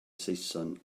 saeson